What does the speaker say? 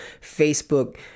Facebook